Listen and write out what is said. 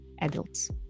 adults